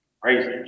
crazy